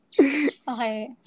Okay